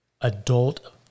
adult